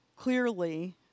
Clearly